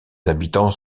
habitants